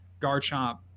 Garchomp